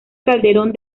calderón